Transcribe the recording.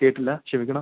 കേട്ടില്ല ക്ഷമിക്കണം